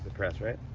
press, right?